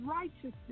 righteousness